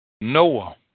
Noah